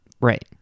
right